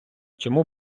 чому